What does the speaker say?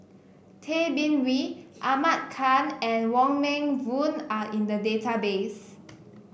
Tay Bin Wee Ahmad Khan and Wong Meng Voon are in the database